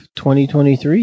2023